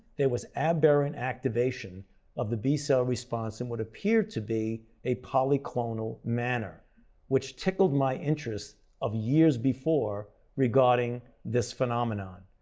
there was aberrant activation of the b-cell response and would appear to be a polyclonal manner which tickled my interest of years before regarding this phenomenon.